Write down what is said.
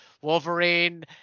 Wolverine